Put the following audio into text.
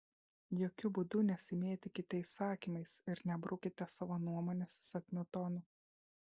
jokiu būdu nesimėtykite įsakymais ir nebrukite savo nuomonės įsakmiu tonu